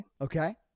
Okay